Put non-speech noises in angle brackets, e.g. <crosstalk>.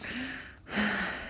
<breath>